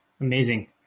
Amazing